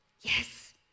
Yes